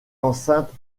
enceintes